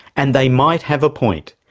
and they might have a point,